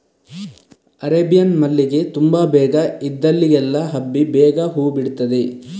Arabian ಮಲ್ಲಿಗೆ ತುಂಬಾ ಬೇಗ ಇದ್ದಲ್ಲಿಗೆಲ್ಲ ಹಬ್ಬಿ ಬೇಗ ಹೂ ಬಿಡ್ತದೆ